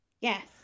yes